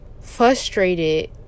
frustrated